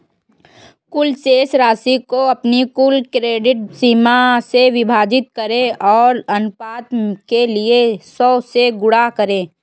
कुल शेष राशि को अपनी कुल क्रेडिट सीमा से विभाजित करें और अनुपात के लिए सौ से गुणा करें